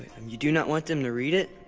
you do not want them to read it?